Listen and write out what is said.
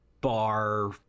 bar